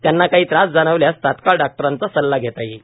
त्यांना काही त्रास जाणवल्यास तात्काळ डॉक्टरांचा सल्ला घेता येईल